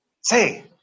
Say